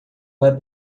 vai